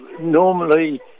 normally